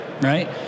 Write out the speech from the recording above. right